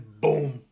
boom